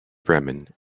bremen